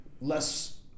less